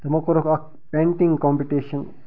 تِمَو کوٚرُکھ اکھ پیٚنٛٹِنگ کمپِٹیٚشَن